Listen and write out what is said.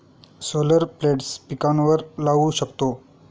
solar plates पिकांवर लाऊ शकतो